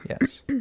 Yes